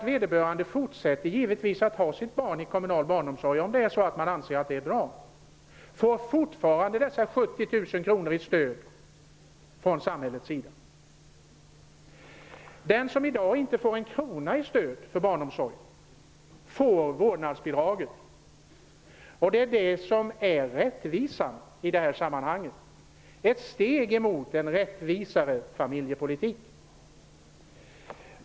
Vederbörande fortsätter givetvis att ha sitt barn i kommunal barnomsorg om man anser att det är bra. Man får fortfarande dessa 70 000 kr i stöd från samhällets sida. Den som i dag inte får en krona i stöd för barnomsorgen får vårdnadsbidraget. Det är det som är rättvisan i detta sammanhang. Det är ett steg mot en rättvisare familjepolitik.